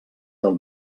del